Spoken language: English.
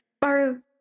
Baru